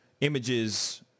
images